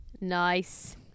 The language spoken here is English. nice